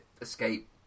escape